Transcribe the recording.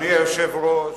אדוני היושב-ראש,